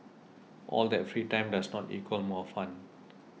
all that free time does not equal more fun